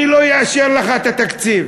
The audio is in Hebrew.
אני לא אאשר לך את התקציב.